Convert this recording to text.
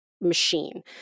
machine